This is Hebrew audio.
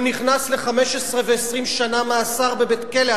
הוא נכנס ל-15 ו-20 שנה מאסר בבית-כלא.